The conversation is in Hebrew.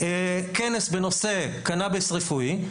כנס בנושא קנאביס רפואי,